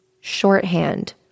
shorthand